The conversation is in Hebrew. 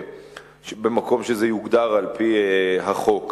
במקום שזה יוגדר על-פי החוק.